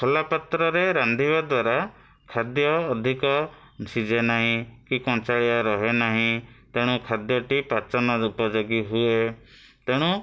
ଖୋଲା ପାତ୍ରରେ ରାନ୍ଧିବା ଦ୍ଵାରା ଖାଦ୍ୟ ଅଧିକ ସିଝେ ନାହିଁ କି କଞ୍ଚାଳିଆ ରହେନାହିଁ ତେଣୁ ଖାଦ୍ୟଟି ପାଚନ ଉପଯୋଗୀ ହୁଏ ତେଣୁ